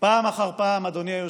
פעם אחר פעם, אדוני היושב-ראש,